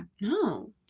No